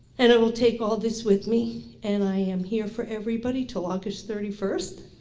and i will take all this with me and i am here for everybody till august thirty first.